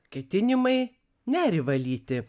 ketinimai nerį valyti